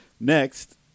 next